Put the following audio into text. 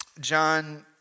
John